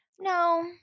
No